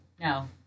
no